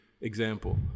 example